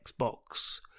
Xbox